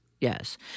Yes